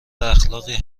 اخلاقی